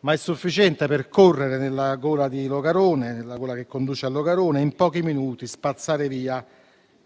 ma è sufficiente per correre nella gola che conduce a Longarone e in pochi minuti spazza via